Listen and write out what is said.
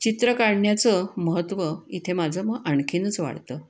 चित्र काढण्याचं महत्त्व इथे माझं मग आणखीनच वाढतं